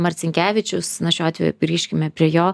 marcinkevičius na šiuo atveju grįžkime prie jo